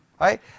Right